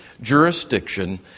jurisdiction